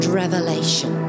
revelation